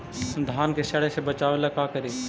धान के सड़े से बचाबे ला का करि?